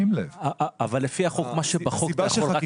אבל לפי החוק, מה שבחוק צריך לבוא בחקיקה.